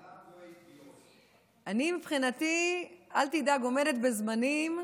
שיקלי, שמע, אני, מבחינתי, אל תדאג, עומדת בזמנים,